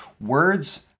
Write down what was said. words